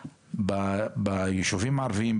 אנחנו רואים שבאמת בישובים הערבים,